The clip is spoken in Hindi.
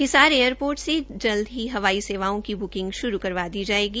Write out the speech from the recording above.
हिसार एयरपोर्ट से जल्द ही हवाई सेवाओं की बुकिंग शुरू करवा दी जाएगी